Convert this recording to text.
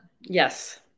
Yes